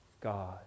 God